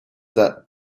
that